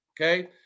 Okay